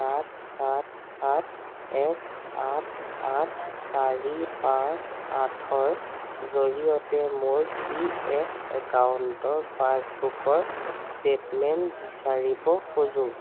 সাত সাত সাত এক আঠ আঠ চাৰি পাঁচ আঠৰ জৰিয়তে মোৰ পি এফ একাউণ্টৰ পাছবুকৰ ষ্টেটমেণ্ট বিচাৰিব খোজোঁ